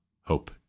hope